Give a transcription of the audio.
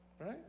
right